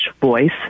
voice